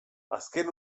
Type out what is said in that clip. azken